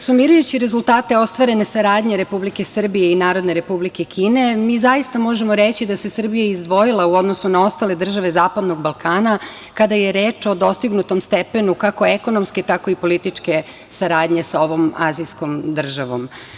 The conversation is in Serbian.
Sumirajući rezultate ostvare saradnje Republike Srbije i Narodne Republike Kine mi zaista možemo reći da se Srbija izdvojila u odnosu na ostale države Zapadnog Balkana kada je reč o dostignutom stepenu kako ekonomske, tako i političke saradnje sa ovom azijskom državom.